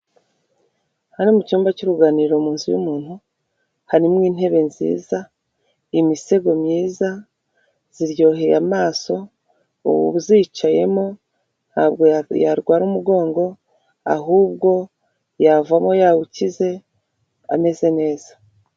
Aha ni mu cyumba cy'uruganiriro mu nzu y'umuntu, harimo intebe nziza, imisego myiza, ziryoheye amaso, uzicayemo ntabwo yarwara umugongo, ahubwo yavamo yawukize ameze neza.